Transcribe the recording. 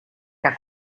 que